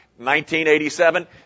1987